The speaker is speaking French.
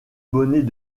bonnet